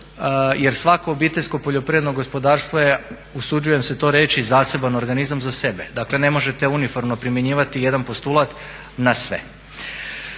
jer svako obiteljsko poljoprivredno gospodarstvo je usuđujem se to reći zaseban organizam za sebe. Dakle, ne možete uniformno primjenjivati jedan postulat na sve.